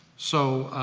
so,